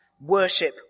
worship